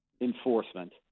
enforcement